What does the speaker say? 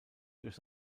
durch